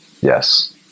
Yes